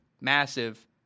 massive